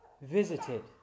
visited